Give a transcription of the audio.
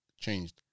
changed